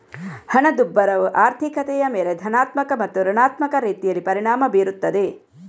ಹಣದುಬ್ಬರವು ಆರ್ಥಿಕತೆಯ ಮೇಲೆ ಧನಾತ್ಮಕ ಮತ್ತು ಋಣಾತ್ಮಕ ರೀತಿಯಲ್ಲಿ ಪರಿಣಾಮ ಬೀರುತ್ತದೆ